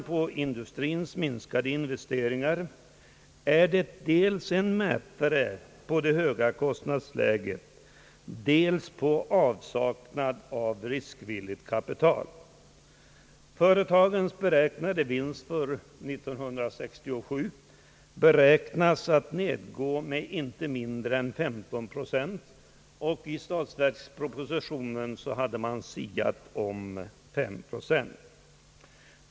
Industrins minskade investeringar är en mätare dels på det höga kostnadsläget, dels på bristen på riskvilligt kapital. Företagens vinst beräknas nedgå inte mindre än 15 procent. I statsverkspropositionen hade man siat om 35 procent.